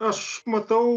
aš matau